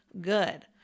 good